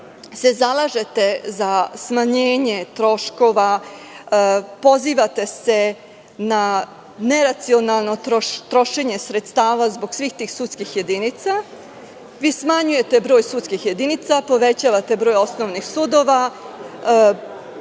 se zalažete za smanjenje troškova, pozivate se na neracionalno trošenje sredstava zbog svih tih sudskih jedinica, vi smanjujete broj sudskih jedinica, povećavate broj osnovnih sudova,